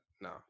no